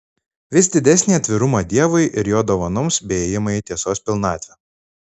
vis didesnį atvirumą dievui ir jo dovanoms bei ėjimą į tiesos pilnatvę